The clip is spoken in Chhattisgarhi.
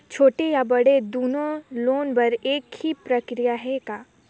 छोटे या बड़े दुनो लोन बर एक ही प्रक्रिया है का?